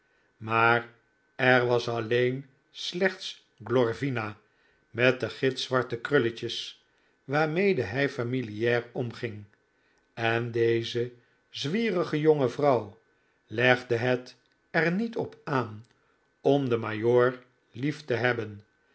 maar er was alleen slechts glorvina met de gitzwarte krulletjes waarmede hij familiaar omging en deze zwierige jonge vrouw legde het er niet op aan om den majoor lief te hebben